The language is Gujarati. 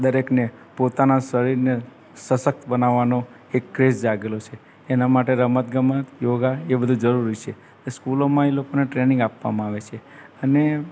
દરેકને પોતાના શરીરને સશક્ત બનાવવાનો એક ક્રેઝ જાગેલો છે એના માટે રમત ગમત યોગા એ બધું જરૂરી છે એ સ્કૂલોમાં એ લોકોને ટ્રેનિંગ આપવામાં આવે છે અને